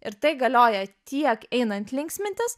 ir tai galioja tiek einant linksmintis